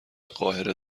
قاهره